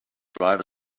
driver